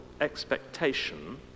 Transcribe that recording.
expectation